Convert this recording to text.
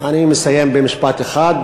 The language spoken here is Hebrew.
אני מסיים במשפט אחד,